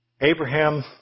Abraham